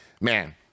man